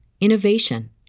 innovation